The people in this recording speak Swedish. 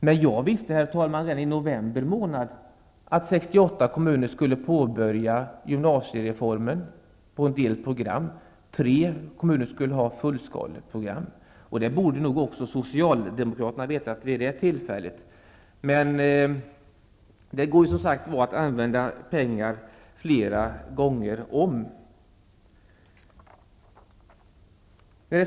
Men jag visste redan i november månad att 68 kommuner skulle påbörja gymnasiereformen på en del program. Tre kommuner skulle ha fullskaleprogram. Det borde nog också Socialdemokraterna ha vetat vid det tillfället. Men det går som sagt att använda pengar flera gånger om.